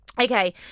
Okay